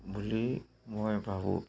বুলি মই ভাবোঁ